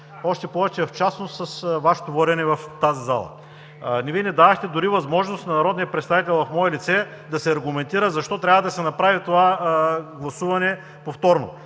още повече в частност с Вашето водене в тази зала. Вие не дадохте дори възможност на народния представител, в мое лице, да се аргументира защо трябва да се направи това гласуване повторно.